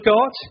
God